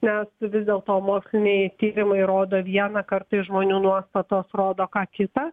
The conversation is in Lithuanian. nes vis dėlto moksliniai tyrimai rodo vieną kartais žmonių nuostatos rodo ką kita